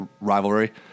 rivalry